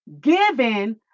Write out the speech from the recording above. given